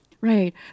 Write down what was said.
Right